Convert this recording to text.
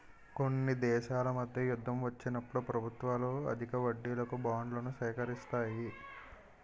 కొన్ని దేశాల మధ్య యుద్ధం వచ్చినప్పుడు ప్రభుత్వాలు అధిక వడ్డీలకు బాండ్లను సేకరిస్తాయి